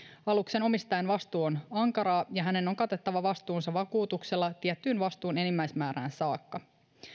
aluksen omistajan vastuu on ankara ja hänen on katettava vastuunsa vakuutuksella tiettyyn vastuun enimmäismäärään saakka